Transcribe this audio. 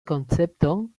koncepton